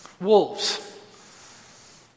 wolves